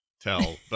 tell